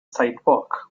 sidewalk